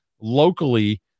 locally